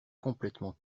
complètement